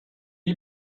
est